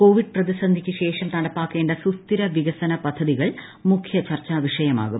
Covid പ്രതിസന്ധിക്ക് ശേഷം നടപ്പാക്കേണ്ട സുസ്ഥിര വികസന പദ്ധതികൾ മുഖ്യചർച്ചാ വിഷയമാകും